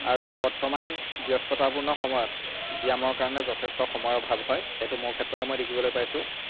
আৰু বৰ্তমান ব্যস্ততাপূৰ্ণ সময়ত ব্যায়ামৰ কাৰণে যথেষ্ট সময়ৰ অভাৱ হয় সেইটো মোৰ ক্ষেত্ৰতে মই দেখিবলৈ পাইছোঁ